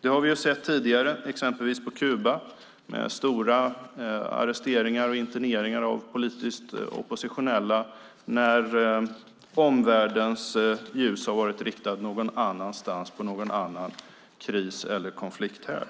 Det har vi sett tidigare, exempelvis på Kuba, där det har skett stora arresteringar och interneringar av politiskt oppositionella när omvärldens ljus har varit riktat någon annanstans, mot någon annan kris eller konflikthärd.